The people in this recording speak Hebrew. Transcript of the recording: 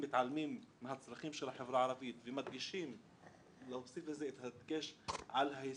מתעלמים מהצרכים של החברה הערבית ומדגישים את ההישגיות